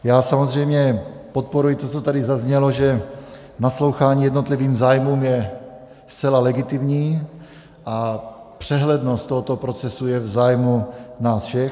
Já samozřejmě podporuji to, co tady zaznělo, že naslouchání jednotlivým zájmům je zcela legitimní a přehlednost tohoto procesu je v zájmu nás všech.